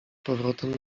powrotem